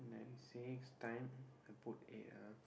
then six time I put eight ah